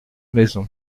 maisons